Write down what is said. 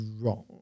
wrong